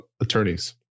attorneys